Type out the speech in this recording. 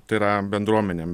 tai yra bendruomenėm